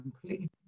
completely